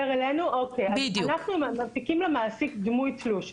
אנחנו מנפיקים למעסיק דמוי תלוש,